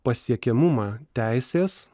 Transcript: pasiekiamumą teisės